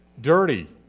dirty